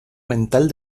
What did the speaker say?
mental